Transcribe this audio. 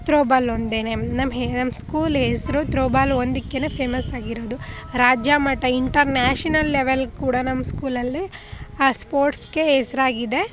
throwball ಒಂದೇನೆ ನಮ್ಮ ಹೆ ನಮ್ಮ ಸ್ಕೂಲ್ ಹೆಸ್ರು ಥ್ರೋಬಾಲ್ ಒಂದಕ್ಕೇನೆ ಫೇಮಸ್ ಆಗಿರೋದು ರಾಜ್ಯ ಮಟ್ಟ ಇಂಟರ್ನ್ಯಾಷನಲ್ ಲೆವೆಲ್ ಕೂಡ ನಮ್ಮ ಸ್ಕೂಲಲ್ಲಿ ಆ ಸ್ಪೋರ್ಟ್ಸ್ಗೆ ಹೆಸ್ರಾಗಿದೆ